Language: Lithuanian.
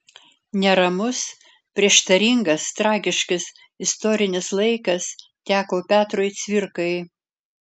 neramus prieštaringas tragiškas istorinis laikas teko petrui cvirkai